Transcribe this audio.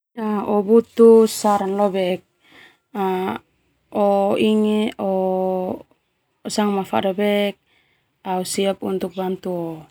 O butuh saran leo bek o sanga mafada bek au siap untuk bantu.